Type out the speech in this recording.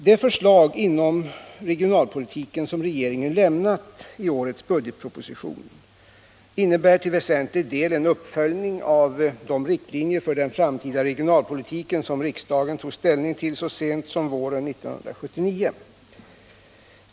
De förslag inom regionalpolitiken som regeringen framlagt i årets budgetproposition innebär till väsentlig del en uppföljning av de riktlinjer för den framtida regionalpolitiken som riksdagen tog ställning till så sent som våren 1979.